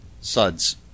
Suds